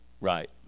Right